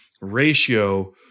ratio